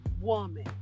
woman